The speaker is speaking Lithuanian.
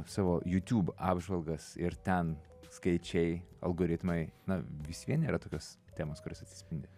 savo youtube apžvalgas ir ten skaičiai algoritmai na vis vien yra tokios temos kurios atsispindi